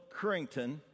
Currington